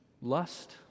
lust